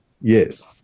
Yes